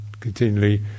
continually